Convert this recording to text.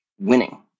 winning